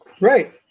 Right